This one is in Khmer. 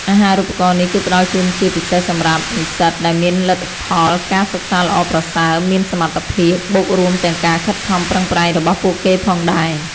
អាហារូបករណ៍នេះ គឺផ្តល់ជូនជាពិសេសសម្រាប់និស្សិតដែលមានលទ្ធផលការសិក្សាល្អប្រសើរ មាន សមត្ថភាព បូករួមទាំងការខិតខំប្រឹងប្រែងរបស់ពួកគេផងដែរ ។